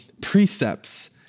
precepts